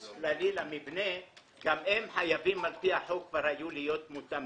גם הם כבר היו חייבים על פי החוק להיות מותאמים.